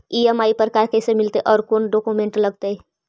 EMI पर car कैसे मिलतै औ कोन डाउकमेंट लगतै?